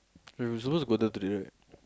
we were supposed to go down today right